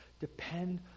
Depend